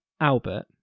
Albert